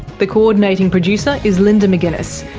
the co-ordinating producer is linda mcginness,